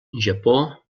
japó